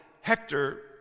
Hector